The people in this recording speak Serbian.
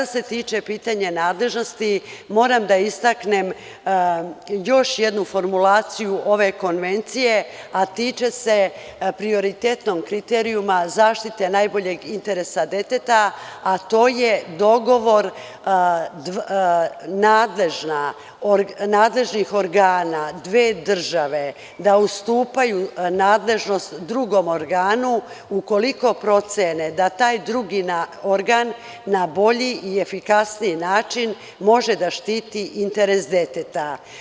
Što se tiče pitanja nadležnosti, moram da istaknem još jednu formulaciju ove Konvencije, a tiče se prioritetnog kriterijuma zaštite najboljeg interesa deteta, a to je dogovor nadležnih organa dve države da ustupaju nadležnost drugom organu ukoliko procene da taj drugi organ na bolji i efikasniji način može da štiti interes deteta.